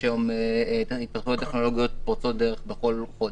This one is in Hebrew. יש היום התפתחויות טכנולוגיות פורצות דרך בכל חודש.